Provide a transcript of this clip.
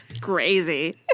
crazy